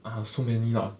ah so many lah